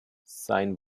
sein